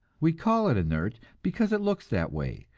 we call it inert, because it looks that way,